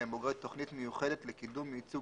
שהם בוגרי תכנית מיוחדת לקידום ייצוג